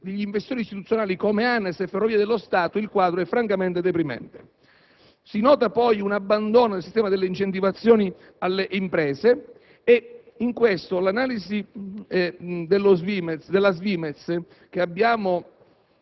degli investitori istituzionali come ANAS e Ferrovie dello Stato il quadro è francamente deprimente. Si nota poi un abbandono del sistema delle incentivazioni alle imprese ed in questo senso l'indagine